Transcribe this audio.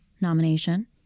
nomination